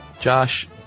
Josh